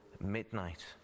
midnight